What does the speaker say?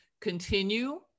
continue